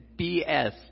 BS